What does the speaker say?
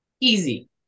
Easy